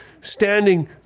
standing